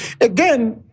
Again